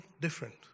different